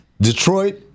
Detroit